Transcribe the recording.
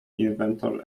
inventor